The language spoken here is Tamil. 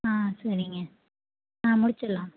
ஆ சரிங்க ஆ முடிச்சிடலான்